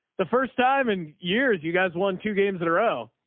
the first time in years you guys won two games in a row?